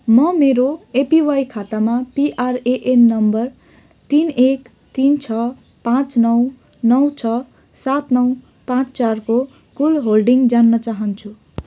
म मेरो एपिवाई खातामा पिआरएएन नम्बर तिन एक तिन छ पाँच नौ नौ छ सात नौ पाँच चारको कुल होल्डिङ जान्न चाहन्छु